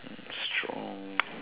and strong